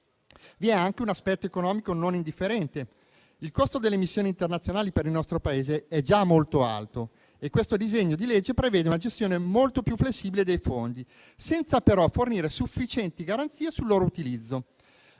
Vi è anche un aspetto economico non indifferente. Il costo delle missioni internazionali per il nostro Paese è già molto alto e il presente disegno di legge prevede una gestione molto più flessibile dei fondi, senza però fornire sufficienti garanzie sul loro utilizzo.